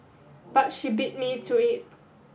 but she beat me to it